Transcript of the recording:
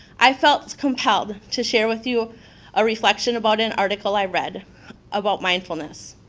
i felt compelled to share with you ah reflection about an article i read about mindfulness.